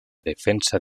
defensa